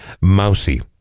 Mousy